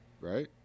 right